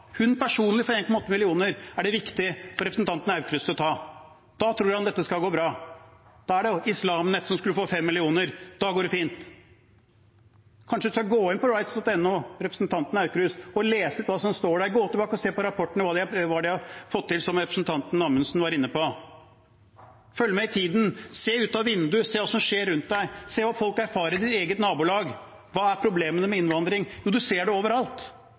Da tror han dette skal gå bra. Da skulle Islamnet få 5 mill. kr. Da går det fint. Kanskje representanten Aukrust skulle gå inn på rights.no og lese hva som står der, gå tilbake og se på rapportene og hva de har fått til, som representanten Amundsen var inne på. Følg med i tiden. Se ut av vinduet. Se hva som skjer rundt oss. Se hva folk erfarer i sitt eget nabolag. Hva er problemene med innvandring? Jo, man ser det overalt.